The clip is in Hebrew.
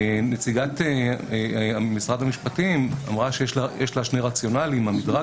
נציגת משרד המשפטים אמרה שיש לה שני רציונלים המדרג